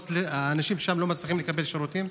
האנשים שם לא מצליחים לקבל שירותים?